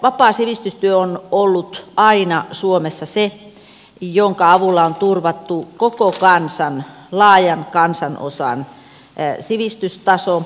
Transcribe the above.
vapaa sivistystyö on ollut aina suomessa se jonka avulla on turvattu koko kansan laajan kansanosan sivistystaso